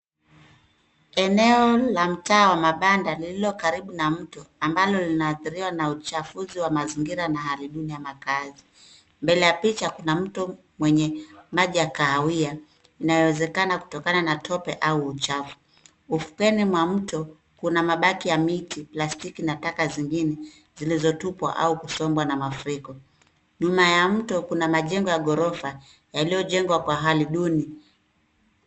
Eneo la mtaa wa mabanda lililo karibu na mto, ambalo linaathiriwa na uchafuzi wa mazingira na hali duni ya makazi. Mbele ya picha kuna mto mwenye maji ya kahawia, inayozekana kutokana na tope au uchafu. Ufukeni mwa mto kuna mabaki ya miti, plastiki na taka zingine zilizotupwa au kusombwa na mafriko. Nyuma ya mto kuna majengo ya gorofa yaliyojengwa kwa hali duni.